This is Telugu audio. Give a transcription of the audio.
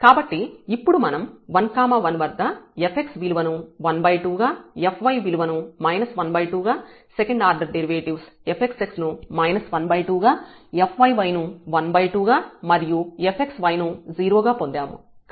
కాబట్టి ఇప్పుడు మనం 1 1 వద్ద fx విలువను 12 గా fy విలువను 12 గా సెకండ్ ఆర్డర్ డెరివేటివ్స్ fxx ను 12 గా fyy ను 12 గా మరియు fxy ను 0 గా పొందాము